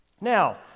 Now